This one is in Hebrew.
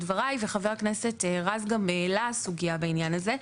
דבריי וחבר הכנסת רז גם העלה סוגיה בעניין הזה.